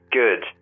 good